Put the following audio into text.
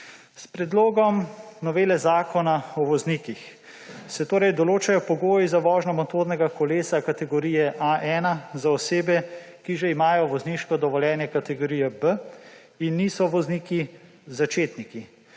S predlogom novele Zakona o voznikih se določajo pogoji za vožnjo motornega kolesa kategorije A1 za osebe, ki že imajo vozniško dovoljenje kategorije B in niso vozniki začetniki,